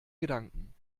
gedanken